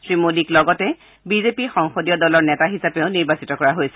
শ্ৰীমোদীক লগতে বিজেপি সংসদীয় দলৰ নেতা হিচাপেও নিৰ্বাচিত কৰা হৈছে